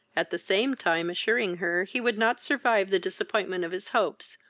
at the same time assuring her he would not survive the disappointment of his hopes,